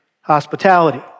hospitality